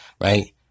right